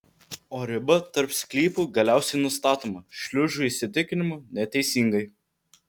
o riba tarp sklypų galiausiai nustatoma šliužų įsitikinimu neteisingai